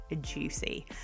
juicy